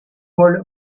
paul